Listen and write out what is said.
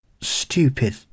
stupid